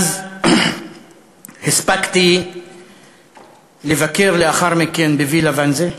מאז הספקתי לבקר, לאחר מכן, בווילה-ואנזה.